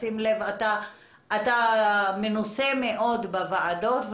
אתה מנוסה מאוד בוועדות,